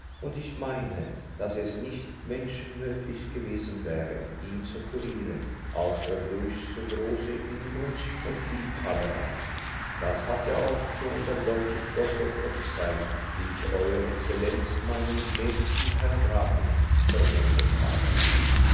und ich meine daß es nicht menschenmöglich gewesen wäre ihn zu kurieren außer durch so große inbrunst und liebhaberei das hat ja auch schon der deutsche doktor prophezeit wie ich euer exzellenz meinem gnädigsten herrn grafen vermeldet habe